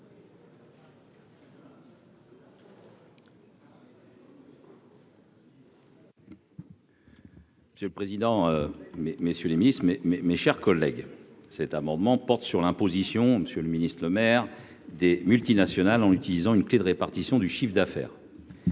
Monsieur le président, mais messieurs les ministres, mes mes, mes chers collègues, cet amendement porte sur l'imposition, Monsieur le Ministre, Lemaire des multinationales en utilisant une clé de répartition du chiffre d'affaires,